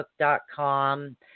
facebook.com